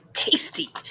Tasty